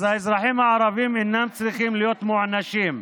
אז האזרחים הערבים אינם צריכים להיות מוענשים.